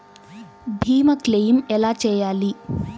భీమ క్లెయిం ఎలా చేయాలి?